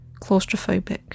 claustrophobic